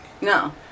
No